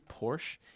Porsche